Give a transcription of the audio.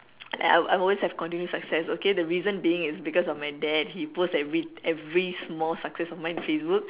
I'll I'll always have continuous success okay the reason being is because of my dad he post every every small success of mine in Facebook